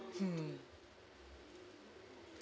hmm